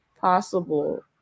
possible